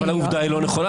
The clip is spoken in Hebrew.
אבל העובדה לא נכונה.